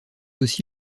aussi